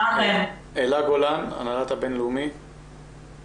אלה גולן, הנהלת הבינלאומי.